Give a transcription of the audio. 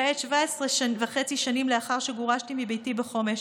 כעת, 17 וחצי שנים לאחר שגורשתי מביתי בחומש,